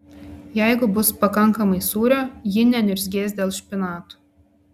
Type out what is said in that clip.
jeigu bus pakankamai sūrio ji neniurzgės dėl špinatų